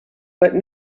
but